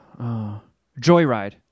Joyride